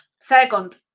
Second